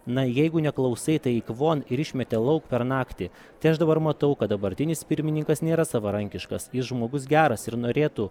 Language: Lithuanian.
na jeigu neklausai tai eik von ir išmetė lauk per naktį tai aš dabar matau kad dabartinis pirmininkas nėra savarankiškas jis žmogus geras ir norėtų